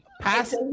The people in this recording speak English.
pass